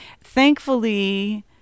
Thankfully